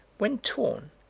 when torn,